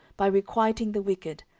by requiting the wicked,